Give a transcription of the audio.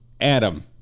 Adam